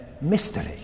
mystery